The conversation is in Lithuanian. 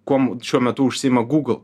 kuom šiuo metu užsiima gūgl